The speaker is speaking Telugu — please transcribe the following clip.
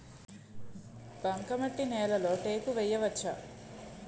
బంకమట్టి నేలలో టేకు వేయవచ్చా?